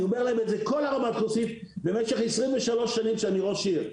אני אומר להם את זה כל הרמת כוסית במשך 23 שנים שאני ראש עיר,